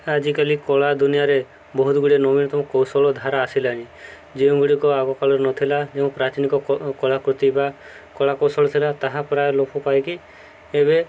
ଆଜିକାଲି କଳା ଦୁନିଆରେ ବହୁତ ଗୁଡ଼ିଏ ନବୀନତମ କୌଶଳ ଧାରା ଆସିଲାଣି ଯେଉଁ ଗୁଡ଼ିକ ଆଗକାଳରେ ନଥିଲା ଯେଉଁ ପ୍ରାଚୀନିକ କଳାକୃତି ବା କଳା କୌଶଳ ଥିଲା ତାହା ପ୍ରାୟ ଲୋପ ପାଇକି ଏବେ